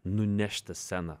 nunešti sceną